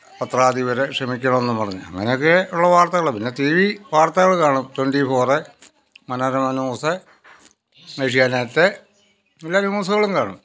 പത്രാധിപരെ ക്ഷമിക്കണം എന്ന് പറഞ്ഞു അങ്ങനെയൊക്കെ ഉള്ള വാർത്തകൾ പിന്നെ ടിവി വാർത്തകൾ കാണും twenty four Manorama news Asianet എല്ലാ ന്യൂസുകളും കാണും